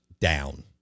down